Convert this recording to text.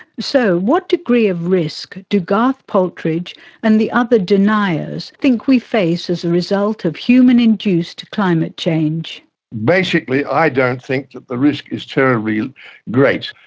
so what degree of risk do garth paltridge and the other deniers think we face as a result of human induced climate change basically i don't think that the risk is terribly great.